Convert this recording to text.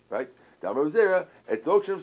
Right